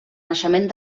naixement